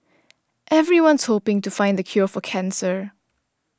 everyone's hoping to find the cure for cancer